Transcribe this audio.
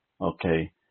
okay